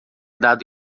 dado